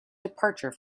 departure